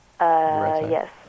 Yes